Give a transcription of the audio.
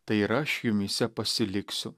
tai ir aš jumyse pasiliksiu